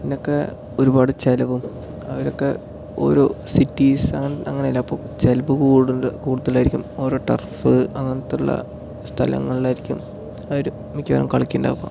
ഇതിനൊക്കെ ഒരുപാട് ചിലവും അവരൊക്കെ ഓരോ സിറ്റീസാണ് അ അങ്ങനെയുള്ള ചിലവ് കൂടുത കൂടുതലായിരിക്കും ഓരോ ടർഫ് അങ്ങനത്തെയുള്ള സ്ഥലങ്ങളിലായിരിക്കും അവർ മിക്കവാറും കളിക്കുന്നുണ്ടാവുക